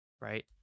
Right